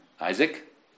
Isaac